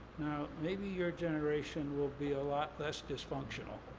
now, maybe your generation will be a lot less dysfunctional,